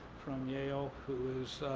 from yale who is